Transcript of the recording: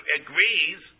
agrees